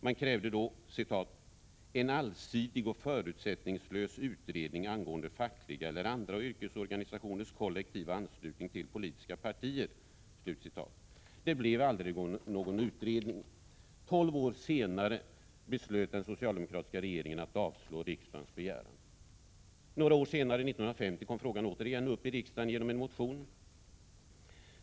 Man krävde då ”en allsidig och förutsättningslös utredning angående fackliga eller andra yrkesorganisationers kollektiva anslutning till politiska partier”. Det blev aldrig någon utredning. Tolv år senare beslöt den socialdemokratiska regeringen att avslå riksdagens begäran. Några år senare, 1950, kom frågan åter upp i riksdagen genom en motion.